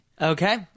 okay